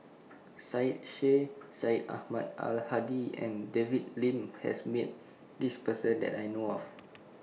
Syed Sheikh Syed Ahmad Al Hadi and David Lim has Met This Person that I know of